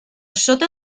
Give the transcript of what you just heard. sota